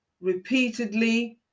repeatedly